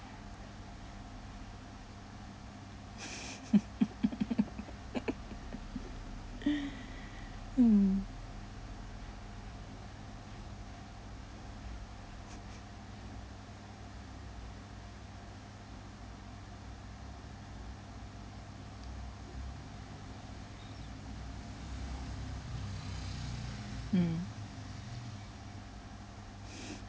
hmm hmm